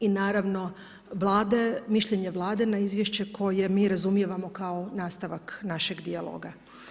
I naravno, mišljenje Vlade na izvješće koje mi razumijemo kao nastavak našeg dijaloga.